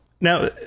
Now